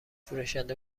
فروشنده